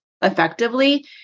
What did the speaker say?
effectively